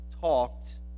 talked